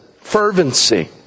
fervency